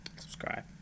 subscribe